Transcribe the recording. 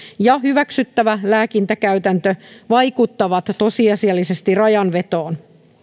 ja hyväksyttävä lääkintäkäytäntö vaikuttavat tosiasiallisesti rajanvetoon